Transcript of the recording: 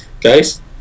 guys